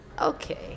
Okay